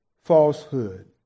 falsehood